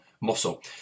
muscle